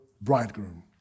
bridegroom